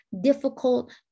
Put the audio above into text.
difficult